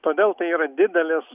todėl tai yra didelis